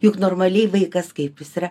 juk normaliai vaikas kaip jis yra